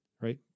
Right